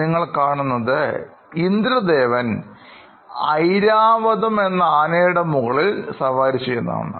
നിങ്ങൾ കാണുന്നത് ഇന്ദ്രദേവൻ ഐരാവത് എന്ന ആനയുടെ മുകളിൽ സവാരിചെയ്യുന്നതാണ്